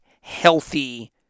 healthy